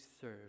serve